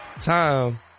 time